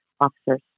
officers